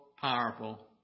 powerful